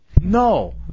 no